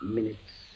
...minutes